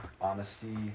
honesty